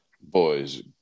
boys